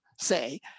say